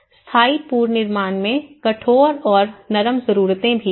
स्थायी पुनर्निर्माण में कठोर और नरम जरूरतें भी हैं